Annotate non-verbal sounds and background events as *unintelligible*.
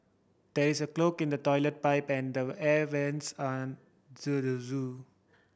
there is a clog in the toilet pipe and the air vents an the *unintelligible* zoo